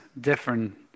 different